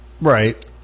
Right